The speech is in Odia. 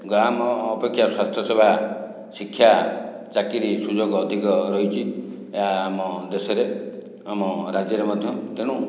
ଗାଁ ଅପେକ୍ଷା ସ୍ୱାସ୍ଥ୍ୟସେବା ଶିକ୍ଷା ଚାକିରି ସୁଯୋଗ ଅଧିକ ରହିଛି ଏହା ଆମ ଦେଶରେ ଆମ ରାଜ୍ୟରେ ମଧ୍ୟ ତେଣୁ